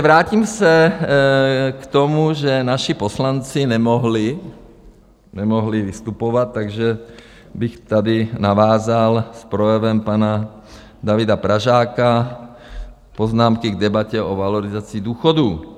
Vrátím se k tomu, že naši poslanci nemohli, nemohli vystupovat, takže bych tady navázal s projevem pana Davida Pražáka: Poznámky k debatě o valorizaci důchodů.